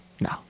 no